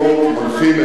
אדוני.